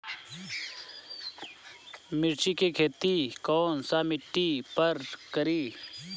मिर्ची के खेती कौन सा मिट्टी पर करी?